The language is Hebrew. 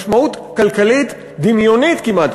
משמעות ענקית דמיונית כמעט,